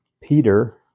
Peter